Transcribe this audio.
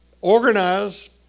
organize